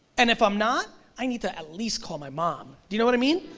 and if i'm not i need to at least call my mom, do you know what i mean,